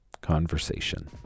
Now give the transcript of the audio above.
Conversation